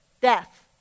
Death